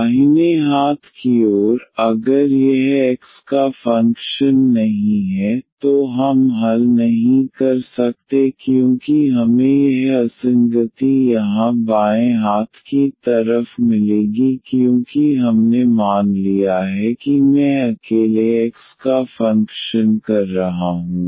दाहिने हाथ की ओर अगर यह x का फंक्शन नहीं है तो हम हल नहीं कर सकते क्योंकि हमें यह असंगति यहां बाएं हाथ की तरफ मिलेगी क्योंकि हमने मान लिया है कि मैं अकेले x का फंक्शन कर रहा हूं